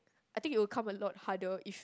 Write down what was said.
I think it will come a lot harder if